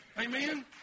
Amen